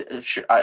sure